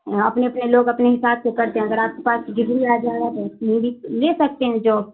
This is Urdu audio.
اپنے اپنے لوگ اپنے حساب سے کرتے ہیں اگر آپ کے پاس ڈگری آ جائے گا تو آپ لے سکتے ہیں جاب